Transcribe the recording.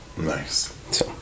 Nice